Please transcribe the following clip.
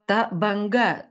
ta banga